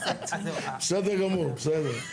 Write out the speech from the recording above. בסדר גמור, בסדר.